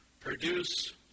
produce